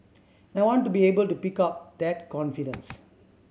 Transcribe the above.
and I want to be able to pick up that confidence